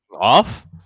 off